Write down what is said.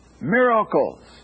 Miracles